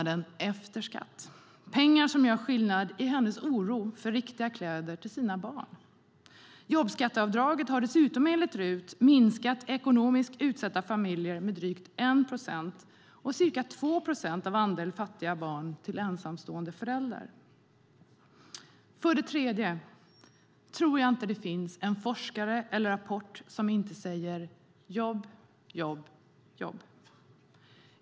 Det är pengar som gör skillnad i hennes oro för riktiga kläder till sina barn. Jobbskatteavdraget har dessutom enligt RUT minskat antalet ekonomiskt utsatta familjer med drygt 1 procent, och antalet fattiga barn till ensamstående föräldrar med ca 2 procent. Jag tror, för det tredje, att det inte finns en enda forskare eller rapport som inte säger jobb, jobb, jobb.